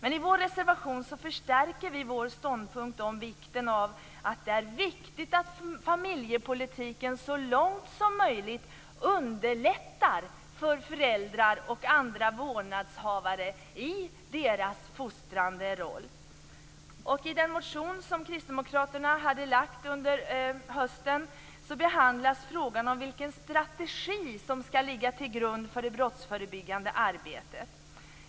I vår reservation förstärker vi vår ståndpunkt när det gäller vikten av att familjepolitiken så långt som möjligt underlättar för föräldrar och andra vårdnadshavare i deras fostrande roll. I den motion som kristdemokraterna lade fram under hösten behandlas frågan om vilken strategi som skall ligga till grund för det brottsförebyggande arbetet.